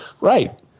right